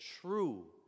true